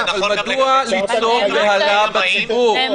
מדוע ליצור בהלה בציבור?